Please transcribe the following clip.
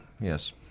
yes